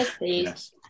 yes